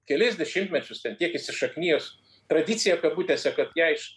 kelis dešimtmečius ten tiek įsišaknijus tradicija kabutėse kad jei iš